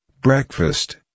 Breakfast